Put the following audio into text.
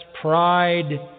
pride